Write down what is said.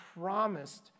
promised